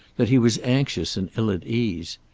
that he was anxious and ill at ease.